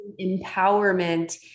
empowerment